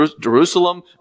Jerusalem